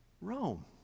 Rome